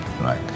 right